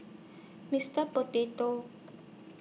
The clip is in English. Mister Potato